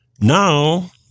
now